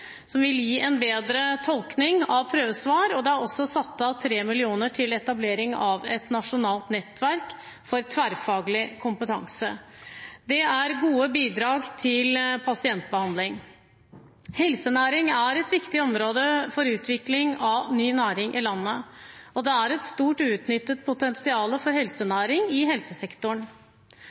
som vil gi en bedre tolkning av prøvesvar, og det er også satt av 3 mill. kr til etablering av et nasjonalt nettverk for tverrfaglig kompetanse. Det er gode bidrag til pasientbehandling. Helsenæring er et viktig område for utvikling av ny næring i landet. Det er et stort uutnyttet potensial for helsenæring i helsesektoren.